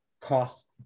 cost